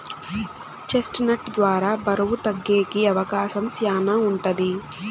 chest నట్ ద్వారా బరువు తగ్గేకి అవకాశం శ్యానా ఉంటది